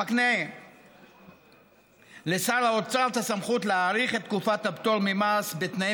המקנה לשר האוצר את הסמכות להאריך את תקופת הפטור ממס בתנאים